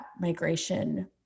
migration